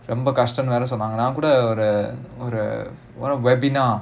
ரொம்ப கஷ்டம்னு வேற சொன்னாங்க:romba kashtamnu vera sonnaanga webinar